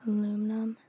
Aluminum